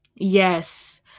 Yes